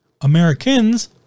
Americans